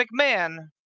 McMahon